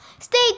Stay